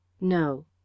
No